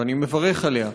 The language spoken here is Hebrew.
ואני מברך עליה.